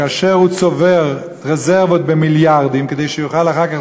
כאשר הוא צובר רזרבות במיליארדים כדי שיוכל אחר כך